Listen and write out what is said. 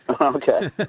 okay